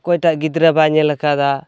ᱚᱠᱚᱭᱴᱟᱜ ᱜᱤᱫᱽᱨᱟ ᱵᱟᱭ ᱧᱮᱞ ᱟᱠᱟᱫᱟ